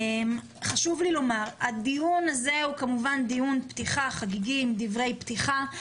חשוב לי לומר שהדיון הזה הוא כמובן דיון פתיחה חגיגי עם דברי פתיחה.